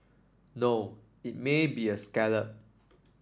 no it may be a scallop